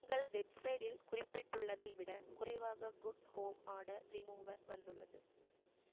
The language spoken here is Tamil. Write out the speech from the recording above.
உங்கள் வெப்சைட்டில் குறிப்பிட்டுள்ளதை விடக் குறைவாக குட் ஹோம் ஆர்டர் ரிமூவர் வந்துள்ளது